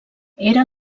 era